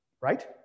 Right